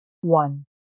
one